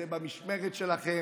זה במשמרת שלכם,